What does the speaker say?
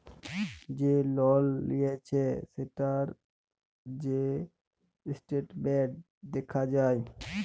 যে লল লিঁয়েছে সেটর যে ইসট্যাটমেল্ট দ্যাখা যায়